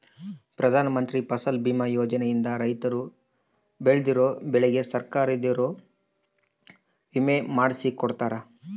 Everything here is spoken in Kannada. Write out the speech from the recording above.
ಪ್ರಧಾನ ಮಂತ್ರಿ ಫಸಲ್ ಬಿಮಾ ಯೋಜನೆ ಇಂದ ರೈತರು ಬೆಳ್ದಿರೋ ಬೆಳೆಗೆ ಸರ್ಕಾರದೊರು ವಿಮೆ ಮಾಡ್ಸಿ ಕೊಡ್ತಾರ